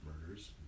murders